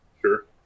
Sure